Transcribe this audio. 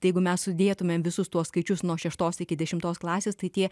tai jeigu mes sudėtumėme visus tuos skaičius nuo šeštos iki dešimtos klasės tai tie